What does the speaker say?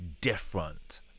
different